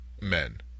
men